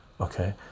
okay